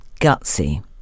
gutsy